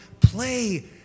play